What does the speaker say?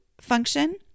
function